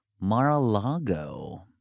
Mar-a-Lago